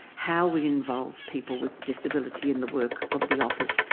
how we involve people with disability in the work of the office,